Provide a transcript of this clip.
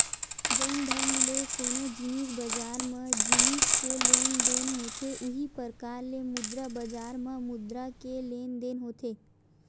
जउन ढंग ले कोनो जिनिस बजार म जिनिस के लेन देन होथे उहीं परकार ले मुद्रा बजार म मुद्रा के लेन देन होथे